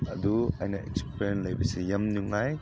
ꯑꯗꯨ ꯑꯩꯅ ꯑꯦꯛꯁꯄꯔꯤꯌꯦꯟꯁ ꯂꯩꯕꯁꯤ ꯌꯥꯝ ꯅꯨꯡꯉꯥꯏ